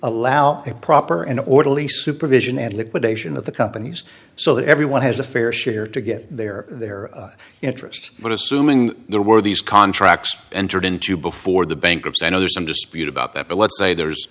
allow a proper and orderly supervision and liquidation of the companies so that everyone has a fair share to give their their interest but assuming there were these contracts entered into before the bankruptcy i know there's some dispute about that but let's say there